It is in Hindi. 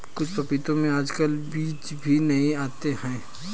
कुछ पपीतों में आजकल बीज भी नहीं आते हैं